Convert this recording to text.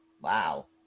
Wow